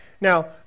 Now